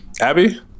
Abby